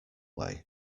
way